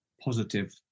positive